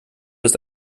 ist